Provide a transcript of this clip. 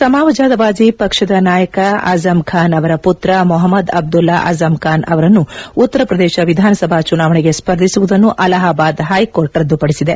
ಸಮಾಜವಾದಿ ಪಕ್ಷದ ನಾಯಕ ಅಜ್ಯಮ್ ಖಾನ್ ಅವರ ಪುತ್ರ ಮೊಹಮ್ನದ್ ಅಬ್ಲಲ್ಲಾ ಅಜ್ಯಮ್ ಖಾನ್ ಅವರನ್ನು ಉತ್ತರ ಪ್ರದೇಶ ವಿಧಾನಸಭಾ ಚುನಾವಣೆಗೆ ಸರ್ಧಿಸುವುದನ್ನು ಅಲಹಾಬಾ ಹೆಕೋರ್ಟ್ ರದುಪಡಿಸಿದೆ